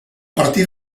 partir